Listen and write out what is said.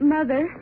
Mother